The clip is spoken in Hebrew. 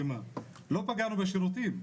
לא פגענו בשירותים,